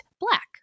black